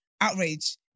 outrage